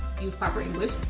use proper english,